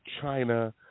China